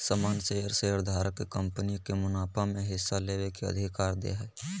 सामान्य शेयर शेयरधारक के कंपनी के मुनाफा में हिस्सा लेबे के अधिकार दे हय